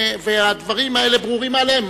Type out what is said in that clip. והדברים האלה ברורים מאליהם,